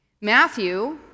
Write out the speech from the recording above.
Matthew